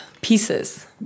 pieces